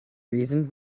reason